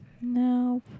No